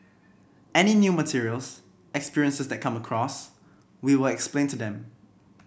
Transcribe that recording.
any new materials experiences that come across we will explain to them